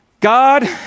God